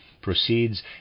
proceeds